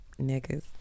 niggas